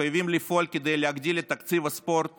חייבים לפעול כדי להגדיל את תקציב הספורט